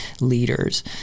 leaders